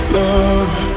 love